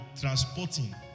transporting